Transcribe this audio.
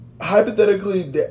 hypothetically